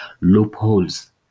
loopholes